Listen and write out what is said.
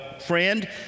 Friend